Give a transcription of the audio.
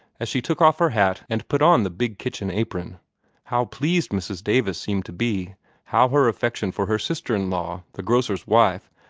as she took off her hat and put on the big kitchen apron how pleased mrs. davis seemed to be how her affection for her sister-in-law, the grocer's wife,